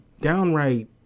downright